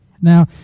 Now